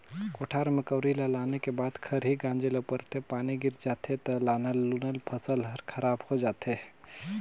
कोठार में कंवरी ल लाने के बाद खरही गांजे ले परथे, पानी गिर जाथे त लानल लुनल फसल हर खराब हो जाथे